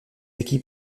équipe